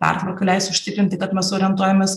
pertvarka leis užtikrinti kad mes orientuojamės